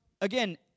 again